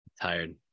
Tired